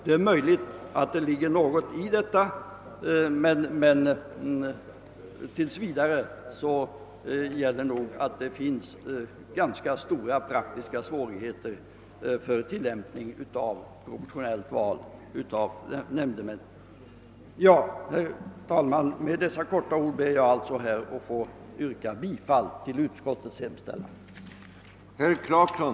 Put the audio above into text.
Det är möjligt att det ligger något i detta, men tills vidare gäller nog att de är rätt stora då det gäller genomförandet av ett proportionellt val av nämndemän. Herr talman! Med dessa korta ord ber jag att få yrka bifall till utskottets hemställan.